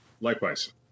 Likewise